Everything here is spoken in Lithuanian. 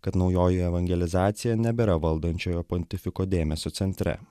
kad naujoji evangelizacija nebėra valdančiojo pontifiko dėmesio centre